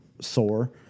sore